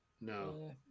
No